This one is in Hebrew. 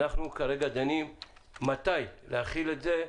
כרגע אנחנו דנים מתי להחיל את זה,